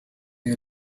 you